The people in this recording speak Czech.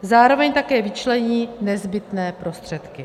Zároveň také vyčlení nezbytné prostředky.